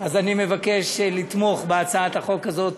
אז אני מבקש לתמוך בהצעת החוק הזאת